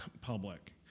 public